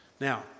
Now